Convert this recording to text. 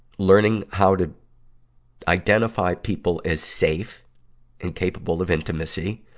learning how to identify people as safe and capable of intimacy,